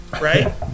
right